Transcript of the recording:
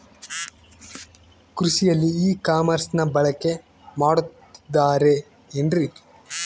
ಕೃಷಿಯಲ್ಲಿ ಇ ಕಾಮರ್ಸನ್ನ ಬಳಕೆ ಮಾಡುತ್ತಿದ್ದಾರೆ ಏನ್ರಿ?